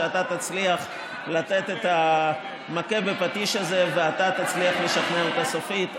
שאתה תצליח לתת את המכה בפטיש הזה ואתה תצליח לשכנע אותה סופית,